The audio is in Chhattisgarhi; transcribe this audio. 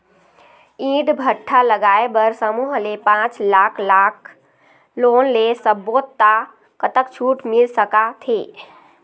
ईंट भट्ठा लगाए बर समूह ले पांच लाख लाख़ लोन ले सब्बो ता कतक छूट मिल सका थे?